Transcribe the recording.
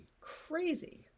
Crazy